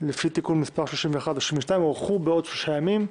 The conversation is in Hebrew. לפי תיקונים מס' 31 ו-32 הוארכו בעוד שלושה ימים,